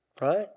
Right